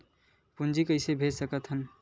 पूंजी कइसे भेज सकत हन?